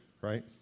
right